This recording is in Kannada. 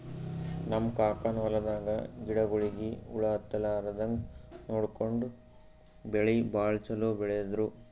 ನಮ್ ಕಾಕನ್ ಹೊಲದಾಗ ಗಿಡಗೋಳಿಗಿ ಹುಳ ಹತ್ತಲಾರದಂಗ್ ನೋಡ್ಕೊಂಡು ಬೆಳಿ ಭಾಳ್ ಛಲೋ ಬೆಳದ್ರು